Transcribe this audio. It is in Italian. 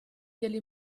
degli